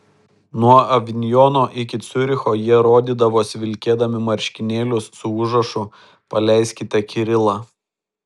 nuo avinjono iki ciuricho jie rodydavosi vilkėdami marškinėlius su užrašu paleiskite kirilą